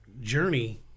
Journey